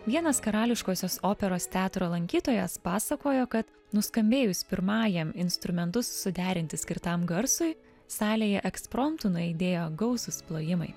vienas karališkosios operos teatro lankytojas pasakojo kad nuskambėjus pirmajam instrumentus suderinti skirtam garsui salėje ekspromtu nuaidėjo gausūs plojimai